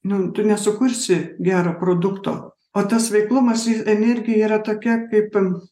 nu tu nesukursi gero produkto o tas veiklumas energija yra tokia kaip